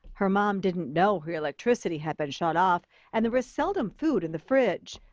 her mom didn't know her electricity had been shut off and there was seldom food in the fridge.